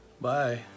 Bye